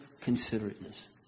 considerateness